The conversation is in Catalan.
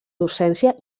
docència